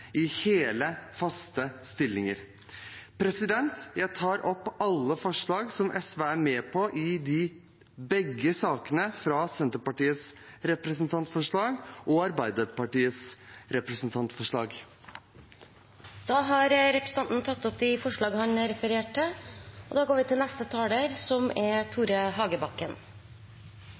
i hele, faste stillinger. Jeg tar opp alle forslag som SV er med på i begge sakene, om Senterpartiets representantforslag og Arbeiderpartiets representantforslag. Representanten Nicholas Wilkinson har tatt opp de forslagene han refererte til. Jeg vil konsentrere meg om det forslaget som vi fra Arbeiderpartiet har fremmet. Folkehelseinstituttet anslår som